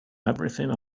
everything